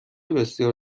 بسیار